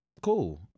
cool